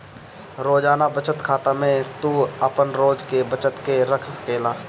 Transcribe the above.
रोजाना बचत खाता में तू आपन रोज के बचत के रख सकेला